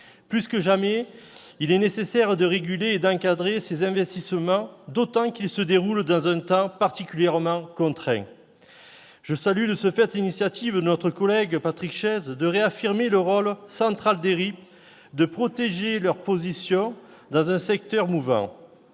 Plus que jamais, il est nécessaire de réguler et d'encadrer ces investissements, d'autant qu'ils se déroulent dans un temps particulièrement contraint. Je salue de ce fait l'initiative de notre collègue Patrick Chaize de réaffirmer le rôle central des RIP, de protéger leurs positions dans un secteur mouvant.